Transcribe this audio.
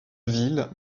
ville